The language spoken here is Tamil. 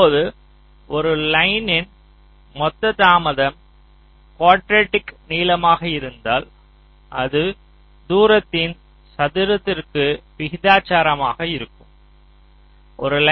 இப்போது ஒரு லைனின் மொத்த தாமதம் குவாட்றடிக் நீளமாக இருந்தால் அது தூரத்தின் சதுரத்திற்கு விகிதாசாரமாக இருக்கம்